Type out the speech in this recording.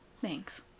Thanks